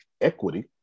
equity